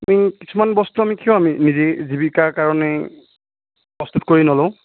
আমি কিছুমান বস্তু আমি কিয় আমি নিজে জীৱিকাৰ কাৰণে প্ৰস্তুত কৰি নলওঁ